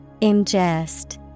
Ingest